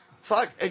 Fuck